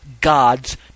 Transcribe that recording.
God's